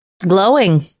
glowing